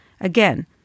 Again